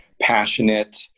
passionate